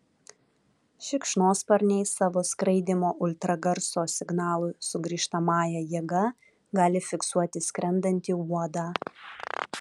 šikšnosparniai savo skraidymo ultragarso signalų sugrįžtamąja jėga gali fiksuoti skrendantį uodą